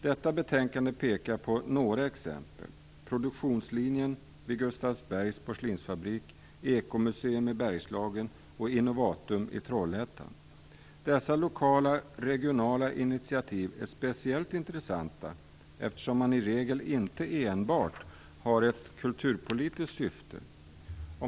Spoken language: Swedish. I betänkandet pekas på några exempel; Produktionslinjen vid Gustavsbergs porslinsfabrik, Ekomuseum i Bergslagen och Innovatum i Trollhättan. Dessa lokala och regionala initiativ är speciellt intressanta eftersom syftet i regel inte enbart är kulturpolitiskt.